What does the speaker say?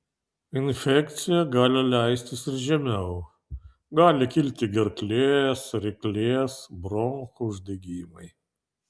infekcija gali leistis ir žemiau gali kilti gerklės ryklės bronchų uždegimai